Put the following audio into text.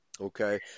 Okay